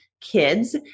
kids